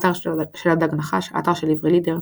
האתר של הדג הנחש, האתר של עברי לידר,